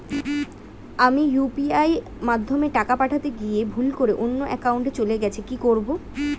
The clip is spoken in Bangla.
আমি ইউ.পি.আই মাধ্যমে টাকা পাঠাতে গিয়ে ভুল করে অন্য একাউন্টে চলে গেছে কি করব?